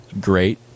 Great